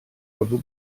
ryfel